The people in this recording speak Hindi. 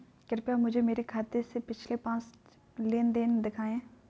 कृपया मुझे मेरे खाते से पिछले पाँच लेन देन दिखाएं